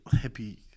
Happy